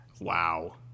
Wow